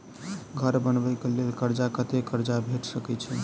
घर बनबे कऽ लेल कर्जा कत्ते कर्जा भेट सकय छई?